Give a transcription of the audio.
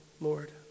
Lord